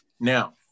Now